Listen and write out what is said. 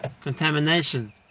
contamination